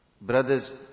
brothers